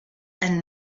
and